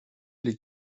les